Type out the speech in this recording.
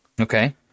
okay